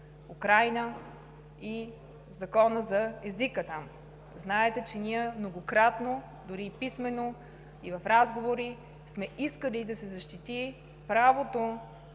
Украйна и Законът за езика там. Знаете, че ние многократно, дори и писмено, и в разговори, сме искали да се защити правото